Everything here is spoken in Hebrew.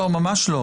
ממש לא.